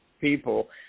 people